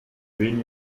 wen